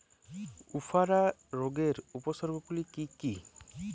উফরা রোগের উপসর্গগুলি কি কি?